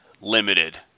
Limited